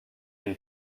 une